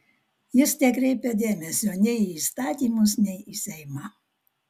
jis nekreipia dėmesio nei į įstatymus nei į seimą